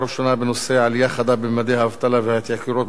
בנושא: העלייה החדה בממדי האבטלה וההתייקרויות במשק,